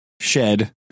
shed